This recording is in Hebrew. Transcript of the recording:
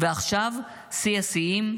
ועכשיו שיא השיאים: